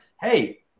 hey